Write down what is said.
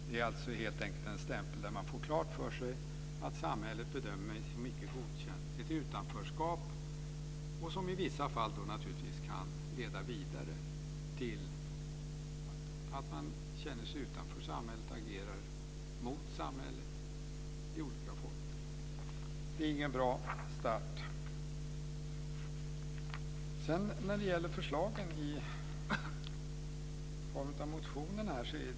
Det är alltså en stämpel där man får klart för sig att samhället bedömer någon som icke godkänd, dvs. ett utanförskap, och som i vissa fall kan leda vidare till att agera mot samhället i olika former. Det är ingen bra start. Sedan är det förslagen i motionerna.